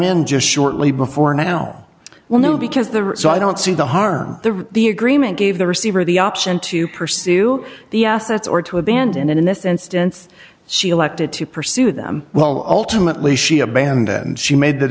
in just shortly before now well no because the or so i don't see the harm the the agreement gave the receiver the option to pursue the assets or to abandon in this instance she elected to pursue them well ultimately she abandoned she made that